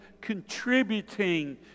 contributing